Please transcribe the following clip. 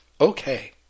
Okay